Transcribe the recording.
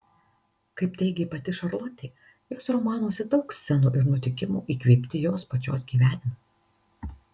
kaip teigė pati šarlotė jos romanuose daug scenų ir nutikimų įkvėpti jos pačios gyvenimo